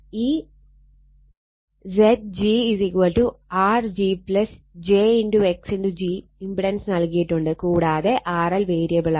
ഈ Zg R g j x g impedance നൽകിയിട്ടുണ്ട് കൂടാതെ RL വേരിയബിളാണ്